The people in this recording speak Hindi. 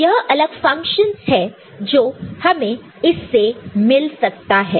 तो यह अलग फंक्शनस है जो हमें इससे मिल सकता है